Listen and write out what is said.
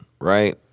Right